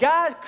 God